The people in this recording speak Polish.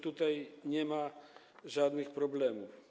Tutaj nie ma żadnych problemów.